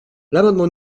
l’amendement